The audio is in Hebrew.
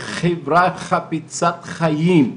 היא חברה חפצת חיים.